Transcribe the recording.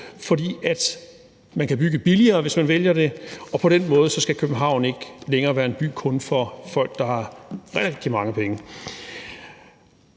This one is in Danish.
fordi man kan bygge billigere, hvis man vælger det, og på den måde skal København ikke længere være en by kun for folk, der har rigtig mange penge.